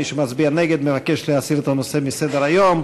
ומי שמצביע נגד מבקש להסיר את הנושא מסדר-היום.